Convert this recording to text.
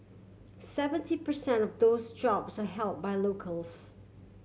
seventy per cent of those jobs are held by locals